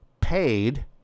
paid